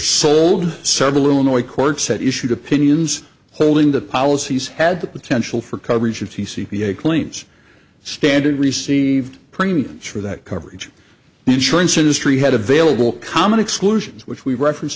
sold several illinois courts that issued opinions holding the policies had the potential for coverage of the c p a claims standard received premiums for that coverage the insurance industry had available common exclusions which we reference